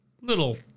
Little